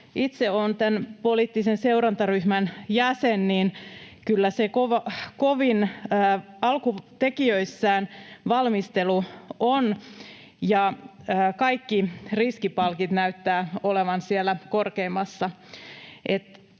itse olen tämän poliittisen seurantaryhmän jäsen, kyllä se valmistelu kovin alkutekijöissään on, ja kaikki riskipalkit näyttävät olevan siellä korkeimmassa.